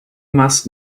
must